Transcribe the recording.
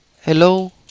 hello